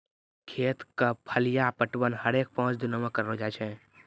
खेत क फलिया पटवन हरेक पांच दिनो म करलो जाय छै